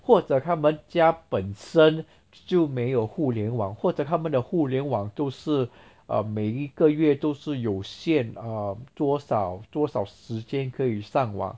或者他们家本身就没有互联网获得他们的互联网都是 um 每一个月都是有限 um 多少多少时间可以上网